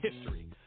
history